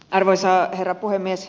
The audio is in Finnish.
arvoisa herra puhemies